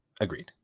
Agreed